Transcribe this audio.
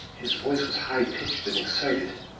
his voice was high pitched and excited.